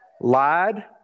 lied